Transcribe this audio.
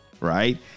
right